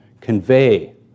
convey